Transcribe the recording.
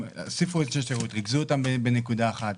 הוסיפו אנשי שירות, ריכזו אותם בנקודה אחת.